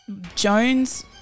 Jones